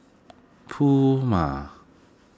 Puma